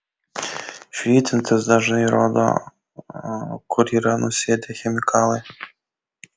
švytintys dažai rodo kur yra nusėdę chemikalai